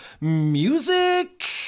music